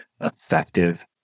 effective